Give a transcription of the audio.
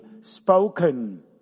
spoken